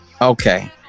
Okay